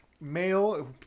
male